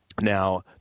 Now